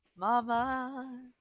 Mama